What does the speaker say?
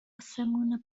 آسمون